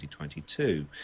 2022